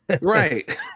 right